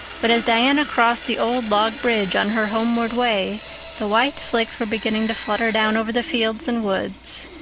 but as diana crossed the old log bridge on her homeward way the white flakes were beginning to flutter down over the fields and woods,